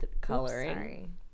coloring